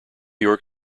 york